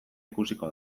ikusiko